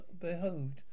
behoved